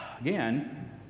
Again